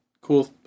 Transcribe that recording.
cool